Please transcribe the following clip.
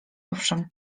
owszem